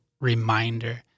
reminder